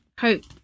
hope